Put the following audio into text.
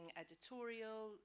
editorial